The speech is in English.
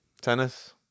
Tennis